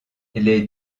les